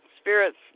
spirits